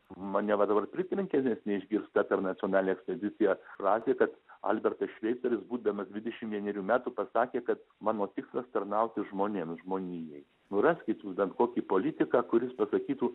mane va dabar pritrenkė nes neišgirsta per nacionalinę ekspediciją frazė kad albertas šveiceris būdamas dvidešim vienerių metų pasakė kad mano tikslas tarnauti žmonėms žmonijai raskit jūs bent kokį politiką kuris pasakytų